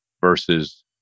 versus